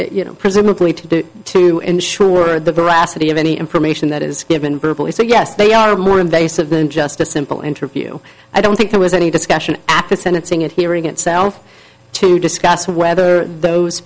you know presumably to do to ensure the veracity of any information that is given berkeley's so yes they are more invasive than just a simple interview i don't think there was any discussion at the sentencing hearing itself to discuss whether those